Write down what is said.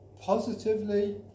positively